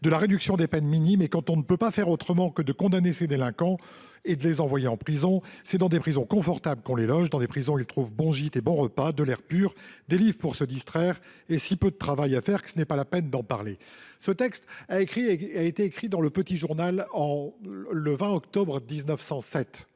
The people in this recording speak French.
de la réduction des peines. Et, quand on ne peut faire autrement que [de condamner] et d’envoyer les délinquants en prison, c’est dans des prisons confortables qu’on les loge, dans des prisons où ils trouvent bon gîte et bon repas, de l’air pur, des livres pour se distraire et si peu de travail à faire que ce n’est pas la peine d’en parler. » Ce texte provient du du 20 octobre 1907.